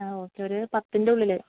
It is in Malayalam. ആ ഓക്കെ ഒരു പത്തിൻ്റെയുള്ളില്